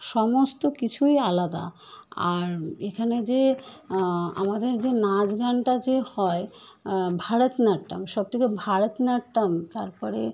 সমস্ত কিছুই আলাদা আর এখানে যে আমাদের যে নাচ গানটা যে হয় ভারতনাট্যম সব থেকে ভারতনাট্যম তারপরে